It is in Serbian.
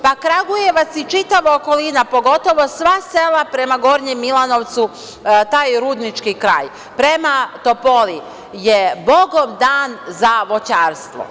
Pa Kragujevac i čitava okolina, pogotovo sva sela prema Gornjem Milanovcu, taj rudnički kraj, prema Topoli, je Bogom dan za voćarstvo.